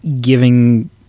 giving